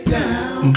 down